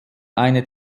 eine